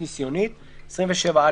7,